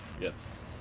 yes